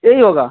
यही होगा